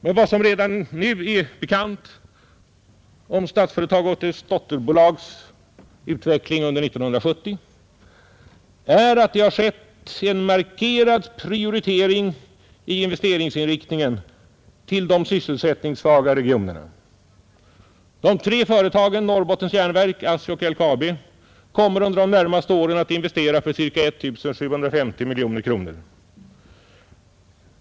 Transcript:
Men vad som redan nu är bekant om Statsföretags och dess dotterbolags utveckling under 1970 är att det har skett en markerad prioritering i investeringsinriktningen till de sysselsättningssvaga regionerna. De tre företagen Norrbottens Järnverk, ASSI och LKAB kommer under de närmaste åren att investera för cirka 1 750 miljoner kronor.